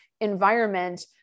environment